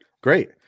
great